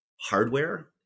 hardware